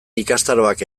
ikastaroak